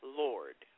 lord